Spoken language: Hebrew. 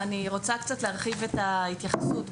אני רוצה להרחיב קצת את ההתייחסות.